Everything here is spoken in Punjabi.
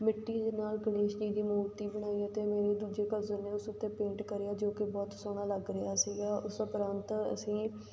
ਮਿੱਟੀ ਦੇ ਨਾਲ ਗਨੇਸ਼ ਜੀ ਦੀ ਮੂਰਤੀ ਬਣਾਈ ਅਤੇ ਮੇਰੇ ਦੂਜੇ ਕਜ਼ਨ ਨੇ ਉਸ ਉੱਤੇ ਪੇਂਟ ਕਰਿਆ ਜੋ ਕਿ ਬਹੁਤ ਸੋਹਣਾ ਲੱਗ ਰਿਹਾ ਸੀਗਾ ਉਸ ਉਪਰੰਤ ਅਸੀਂ